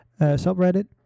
subreddit